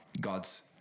God's